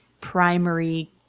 primary